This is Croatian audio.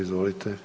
Izvolite.